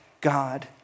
God